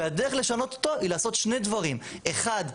הדרך לשנות אותו היא לעשות שני דברים: אחד,